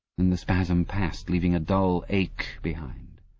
then the spasm passed, leaving a dull ache behind.